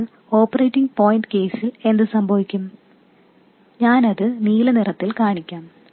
അതിനാൽ operating point കേസിൽ എന്ത് സംഭവിക്കും ഞാൻ അത് നീല നിറത്തിൽ കാണിക്കാം